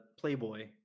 Playboy